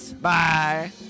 Bye